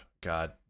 God